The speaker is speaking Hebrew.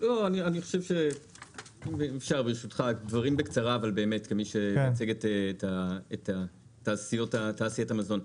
אני אגיד בקצרה כמי שמייצג את תעשיית המזון.